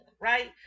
right